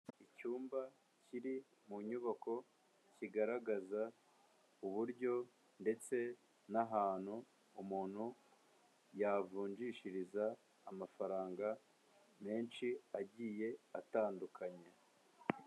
Icyumba kiri mu nyubako kigaragaza uburyo ndetse n'ahantu umuntu yavunjishiriza amafaranga menshi agiye atandukanye.